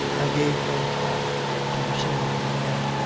i gave no thought to seeing him again.